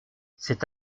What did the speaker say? c’est